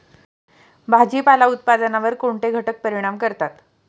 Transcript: भाजीपाला उत्पादनावर कोणते घटक परिणाम करतात?